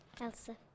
Elsa